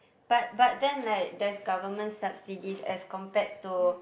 but but then like there's government subsidies as compared to